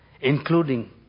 Including